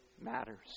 matters